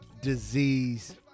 Disease